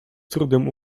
trudem